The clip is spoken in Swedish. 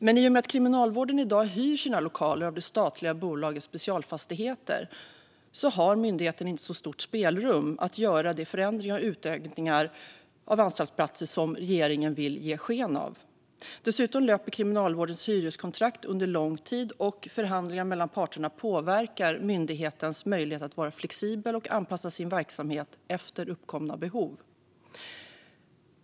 Men i och med att Kriminalvården i dag hyr sina lokaler av det statliga bolaget Specialfastigheter har myndigheten inte så stort spelrum att göra de förändringar och utökningar av anstaltsplatser som regeringen vill ge sken av. Dessutom löper Kriminalvårdens hyreskontrakt över lång tid, och förhandlingar mellan parterna påverkar myndighetens möjlighet att vara flexibel och anpassa sin verksamhet efter uppkomna behov.